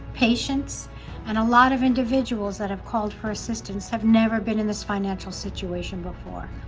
patience and a lot of individuals that have called for assistance have never been in this financial situation before.